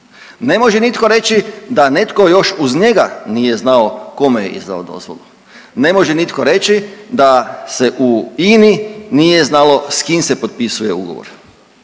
ne može nitko reći da netko još uz njega nije znao kome je izdao dozvolu, ne može nitko reći da se u INA-i nije znalo s kim se potpisuje ugovor,